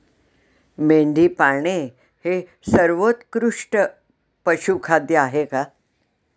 मेंढी पाळणे हे सर्वोत्कृष्ट पशुखाद्य आहे का?